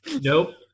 Nope